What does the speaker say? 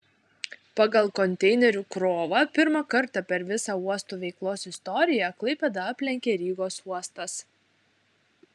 pagal konteinerių krovą pirmą kartą per visa uostų veiklos istoriją klaipėdą aplenkė rygos uostas